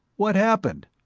what happened?